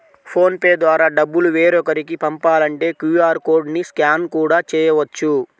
phone pay ద్వారా డబ్బులు వేరొకరికి పంపాలంటే క్యూ.ఆర్ కోడ్ ని స్కాన్ కూడా చేయవచ్చు